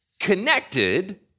connected